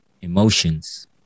emotions